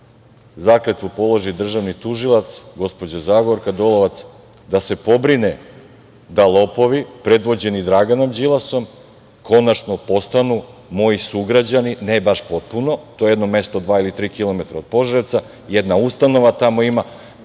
zakletvu položi državni tužilac, gospođa Zagorka Dolovac, da se pobrine da lopovi predvođeni Draganom Đilasom konačno postanu moji sugrađani, ne baš potpuno, to je jedno mesto koje je dva ili tri kilometara od Požarevca, jedna ustanova tamo ima,